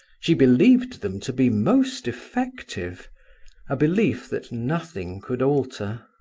she believed them to be most effective a belief that nothing could alter.